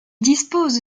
dispose